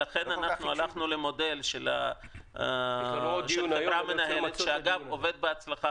לכן אנחנו הלכנו למודל שנקרא מינהלת שעובד בהצלחה